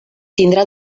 tindrà